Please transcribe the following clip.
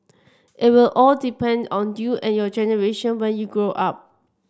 it will all depend on you and your generation when you grow up